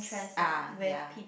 ah ya